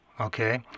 okay